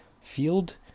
Field